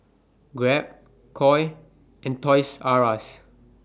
Grab Koi and Toys R US